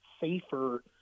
safer